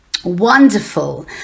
Wonderful